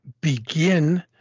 begin